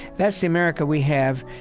that's the america we have.